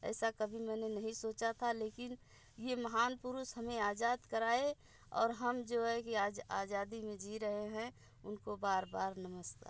ऐसा कभी मैंने नहीं सोचा था लेकिन ये महान पुरुष हमें आज़ाद कराए और हम जो है कि आज आज़ादी में जी रहे हैं उनको बार बार नमस्कार